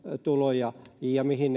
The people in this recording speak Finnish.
tuloja ja se mihin